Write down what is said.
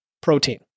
protein